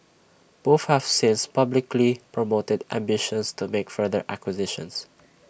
both have since publicly promoted ambitions to make further acquisitions